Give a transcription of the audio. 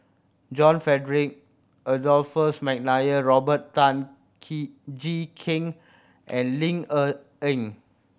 John Frederick Adolphus McNair Robert Tan Jee Keng and Ling Cher Eng